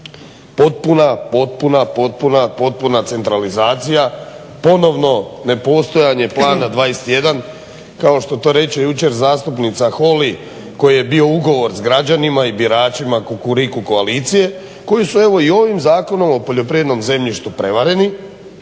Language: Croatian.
potpuna centralizacija ponovno ne postojanje Plana 21 kao što to reče jučer zastupnica Holy koji je bio ugovor s građanima i s biračima Kukuriku koalicije koju su evo i ovim Zakonom o poljoprivrednom zemljištu prevareni.